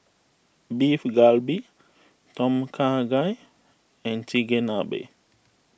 Beef Galbi Tom Kha Gai and Chigenabe